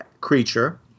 creature